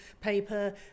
paper